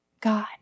God